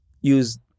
use